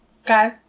Okay